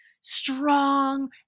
strong